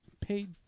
paid